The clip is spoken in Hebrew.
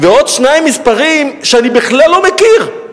ועוד שני מספרים שאני בכלל לא מכיר.